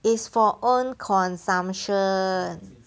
it's for own consumption